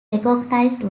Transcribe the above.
recognized